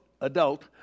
adult